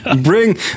Bring